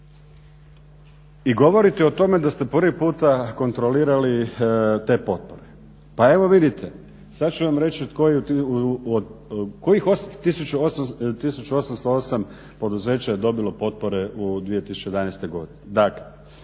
I govorite o tome da ste prvi puta kontrolirali te potpore. Pa evo vidite, sada ću vam reći kojih 1808 poduzeća je dobilo potpore u 2011.godini